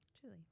Chili